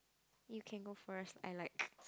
you can go first I like